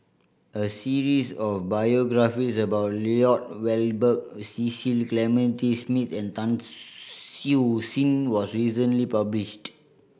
a series of biographies about Lloyd Valberg Cecil Clementi Smith and Tan Siew Sin was recently published